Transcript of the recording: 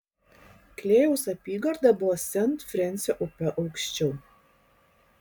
klėjaus apygarda buvo sent frensio upe aukščiau